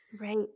Right